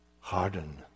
harden